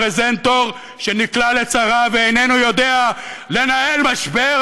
פרזנטור שנקלע לצרה ואיננו יודע לנהל משבר,